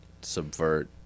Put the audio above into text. subvert